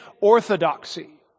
orthodoxy